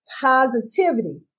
positivity